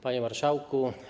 Panie Marszałku!